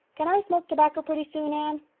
can i smoke tobacco pretty soon, anne?